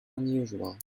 unusual